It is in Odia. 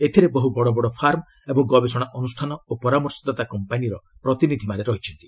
ଏଥିରେ ବହୁ ବଡ଼ ବଡ଼ ଫାର୍ମ ଏବଂ ଗବେଷଣା ଅନୁଷ୍ଠାନ ଓ ପରାମର୍ଶଦାତା କମ୍ପାନୀର ପ୍ରତିନିଧିମାନେ ରହିଛନ୍ତି